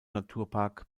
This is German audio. naturpark